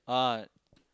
ah